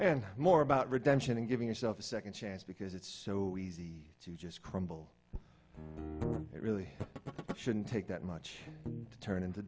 and more about redemption and giving yourself a second chance because it's so easy to just crumble it really shouldn't take that much to turn into